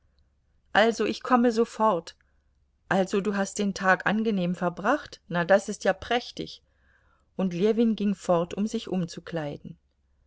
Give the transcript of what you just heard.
also ich komme sofort also du hast den tag angenehm verbracht na das ist ja prächtig und ljewin ging fort um sich